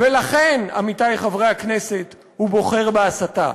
ולכן, עמיתי חברי כהכנסת, הוא בוחר בהסתה,